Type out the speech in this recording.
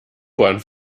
bahn